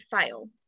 fail